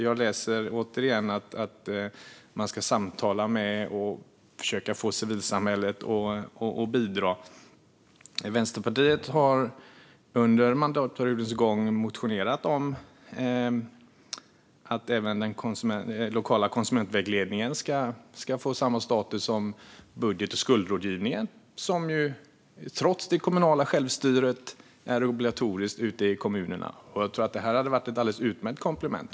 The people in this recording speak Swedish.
Jag läser återigen att man ska samtala med och försöka få civilsamhället att bidra. Vänsterpartiet har under mandatperiodens gång motionerat om att även den lokala konsumentvägledningen ska få samma status som budget och skuldrådgivningen, som trots det kommunala självstyret är obligatorisk ute i kommunerna. Jag tror att det här hade varit ett alldeles utmärkt komplement.